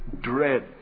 dread